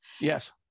yes